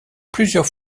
plusieurs